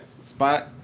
spot